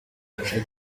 uvuge